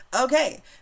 Okay